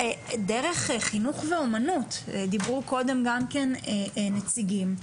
דרך חינוך ואומנות, דיברו קודם גם כן נציגים,